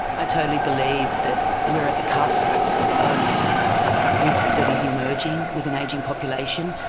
i totally believe that we're at the cusp of a risk that is emerging with an ageing population.